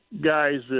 guys